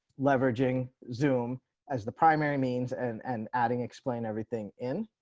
leveraging zoom as the primary means and and adding explain everything in